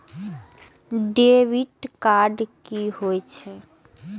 Debit card कि होई छै?